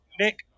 Nick